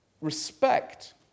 respect